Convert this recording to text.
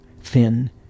thin